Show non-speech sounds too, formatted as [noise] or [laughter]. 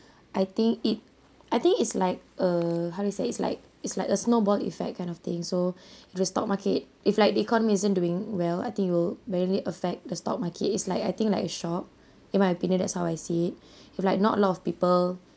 [breath] I think it I think it's like err how do you say it's like it's like a snowball effect kind of thing so [breath] if the stock market if like the economy isn't doing well I think it will barely affect the stock market is like I think like a shop [breath] in my opinion that's how I see it [breath] if like not a lot of people